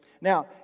Now